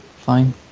Fine